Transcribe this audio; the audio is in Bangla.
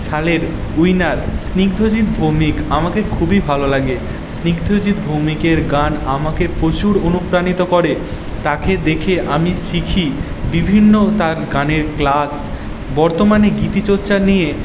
সালের উইনার স্নিগ্ধজিৎ ভৌমিক আমাকে খুবই ভালো লাগে স্নিগ্ধজিৎ ভৌমিকের গান আমাকে প্রচুর অনুপ্রাণিত করে তাকে দেখে আমি শিখি বিভিন্ন তার গানের ক্লাস বর্তমানে গীতিচর্চা নিয়ে